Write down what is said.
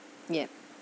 yeah